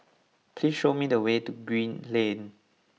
please show me the way to Green Lane